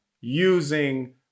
using